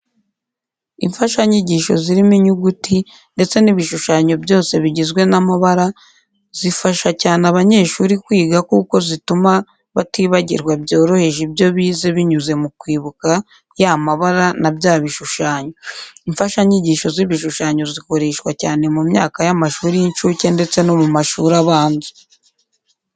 Imfashanyigisho zirimo inyuguti ndetse n'ibishushanyo byose bigizwe n'amabara, zifasha cyane abanyeshuri kwiga kuko zituma batibagirwa byoroheje ibyo bize binyuze mu kwibuka y'amabara na bya bishushanyo. Imfashanyigisho z'ibishushanyo zikoreshwa cyane mu myaka y'amashuri y'incuke ndetse no mu mashuri abanza.